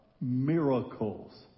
miracles